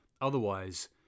Otherwise